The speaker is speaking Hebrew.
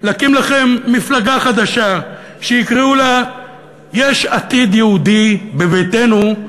להקים לכם מפלגה חדשה שיקראו לה "יש עתיד יהודי בביתנו",